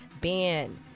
Ben